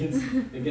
(uh huh)